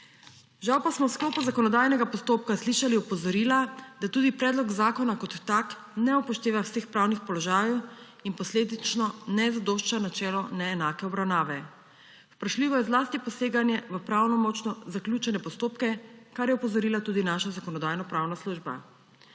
Žal pa smo v sklopu zakonodajnega postopka slišali opozorila, da tudi predlog zakona kot tak ne upošteva vseh pravnih položajev in posledično ne zadošča načelu neenake obravnave. Vprašljivo je zlasti poseganje v pravnomočno zaključene postopke, kar je opozorila tudi naša Zakonodajno-pravna služba.